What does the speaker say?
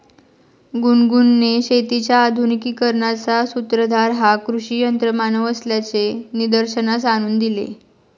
गुनगुनने शेतीच्या आधुनिकीकरणाचा सूत्रधार हा कृषी यंत्रमानव असल्याचे निदर्शनास आणून दिले